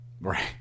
right